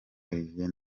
olivier